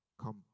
Come